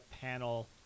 panel